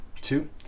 two